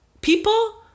people